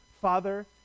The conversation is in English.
Father